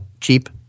Cheap